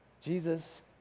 Jesus